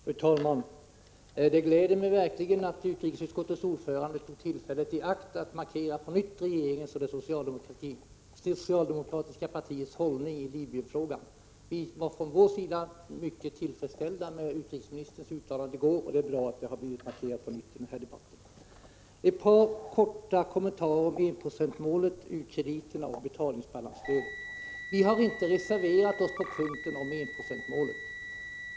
Fru talman! Det gläder mig mycket att utrikesutskottets ordförande tog tillfället i akt att på nytt markera regeringens och det socialdemokratiska partiets hållning i Libyenfrågan. Vi från vår sida är mycket tillfredsställda med utrikesministerns uttalande i går. Det är bra att det blev markerat på nytt i den här debatten. Sedan ett par korta kommentarer till enprocentsmålet, u-krediterna och betalningsbalansstödet. Vi har inte reserverat oss i fråga om enprocentsmålet.